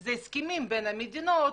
אלה הסכמים בין המדינות,